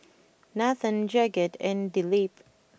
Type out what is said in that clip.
Nathan Jagat and Dilip